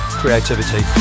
creativity